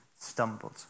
stumbled